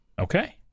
Okay